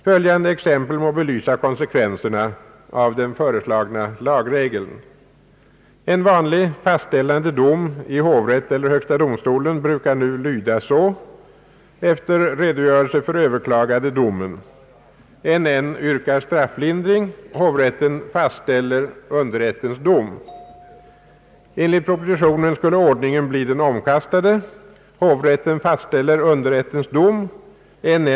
Följande exempel må belysa konsekvenserna av den föreslagna lagregeln. En vanlig fastställande. dom i hovrätt eller i högsta domstolen brukar nu lyda — efter redogörelse för den överkla gade domen: N. N. yrkar strafflindring. Hovrätten fastställer underrättens dom. Enligt propositionen skulle ordningen bli den omkastade: »Hovrätten fastställer underrättens dom. N.